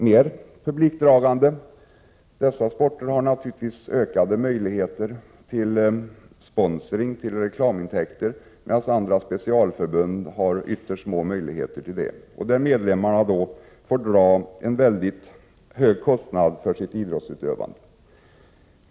De publikdragande sporterna har naturligtvis större möjligheter till sponsring och reklamintäkter, medan andra specialförbund har ytterst små möjligheter därtill. Deras medlemmar betalar stora kostnader för sitt idrottsutövande.